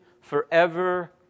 forever